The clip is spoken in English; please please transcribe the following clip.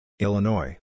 Illinois